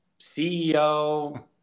CEO